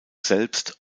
selbst